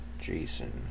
Jason